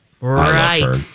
Right